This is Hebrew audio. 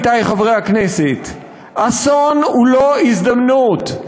עמיתי חברי הכנסת: אסון הוא לא הזדמנות.